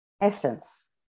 essence